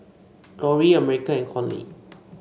Loree America and Conley